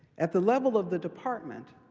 at the level of the department,